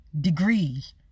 Degrees